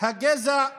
הגזע העליון.